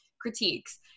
critiques